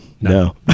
No